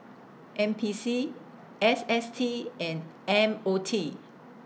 N P C S S T and M O T